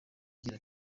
agira